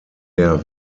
der